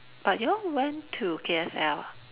but you all went to K_S_L ah